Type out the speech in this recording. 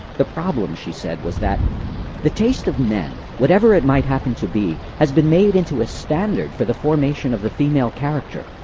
the problem, she said, was that the taste of men, whatever it might happen to be, has been made into a standard for the formation of the female character.